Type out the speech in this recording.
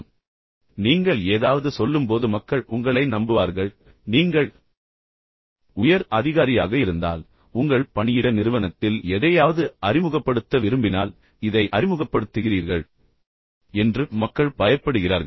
பின்னர் நீங்கள் ஏதாவது சொல்லும்போது மக்கள் உங்களை நம்புவார்கள் நீங்கள் உயர் அதிகாரியாக இருந்தால் உங்கள் பணியிட நிறுவனத்தில் எதையாவது அறிமுகப்படுத்த விரும்பினால் இதை அறிமுகப்படுத்துகிறீர்கள் என்று மக்கள் பயப்படுகிறார்கள்